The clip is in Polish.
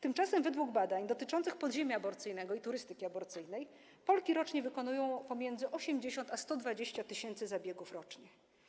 Tymczasem według badań dotyczących podziemia aborcyjnego i turystyki aborcyjnej Polki rocznie wykonują pomiędzy 80 tys. a 120 tys. zabiegów rocznie.